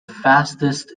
fastest